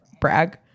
brag